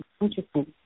interesting